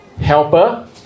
helper